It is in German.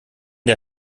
der